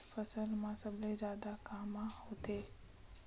फसल मा सबले जादा कामा होथे?